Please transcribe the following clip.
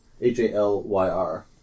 H-A-L-Y-R